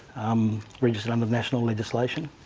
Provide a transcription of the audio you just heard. um registered under national legislation.